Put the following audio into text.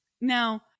Now